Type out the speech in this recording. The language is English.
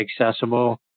accessible